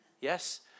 Yes